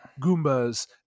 Goombas